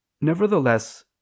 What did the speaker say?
nevertheless